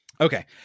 Okay